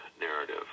narrative